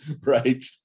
right